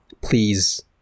please